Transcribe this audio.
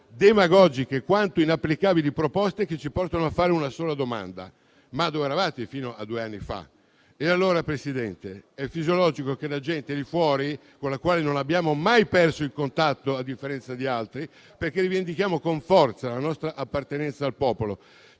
demagogiche quanto inapplicabili proposte che ci portano a fare una sola domanda: dove eravate fino a due anni fa? Allora, Presidente, è fisiologico che la gente lì fuori, con la quale non abbiamo mai perso il contatto, a differenza di altri, perché rivendichiamo con forza la nostra appartenenza al popolo,